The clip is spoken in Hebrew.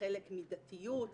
כחלק מדתיות,